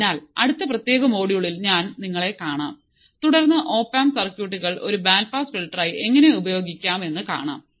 അതിനാൽ അടുത്ത പ്രത്യേക മൊഡ്യൂളിൽ ഞാൻ നിങ്ങളെ കാണാം തുടർന്ന് ഓപ് ആമ്പ് സർക്യൂട്ടുകൾ ഒരു ബാൻഡ് പാസ് ഫിൽട്ടറായി എങ്ങനെ ഉപയോഗിക്കാമെന്ന് കാണാം